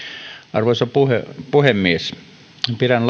arvoisa puhemies pidän